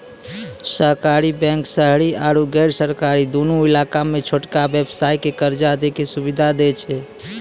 सहकारी बैंक शहरी आरु गैर शहरी दुनू इलाका मे छोटका व्यवसायो के कर्जा दै के सुविधा दै छै